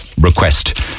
request